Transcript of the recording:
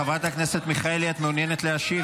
חברת הכנסת מיכאלי, את מעוניינת להשיב?